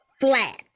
flat